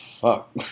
fuck